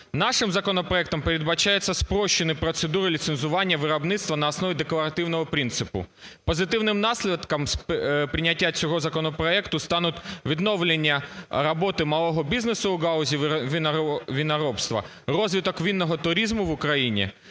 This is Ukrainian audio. Нашим законопроектом передбачається спрощені процедури ліцензування виробництва на основі декларативного принципу. Позитивним наслідком прийняття цього законопроекту стануть відновлення роботи малого бізнесу в галузі виноробства, розвиток винного туризму в Україні,